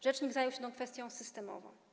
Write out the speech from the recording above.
Rzecznik zajął się tą kwestią systemowo.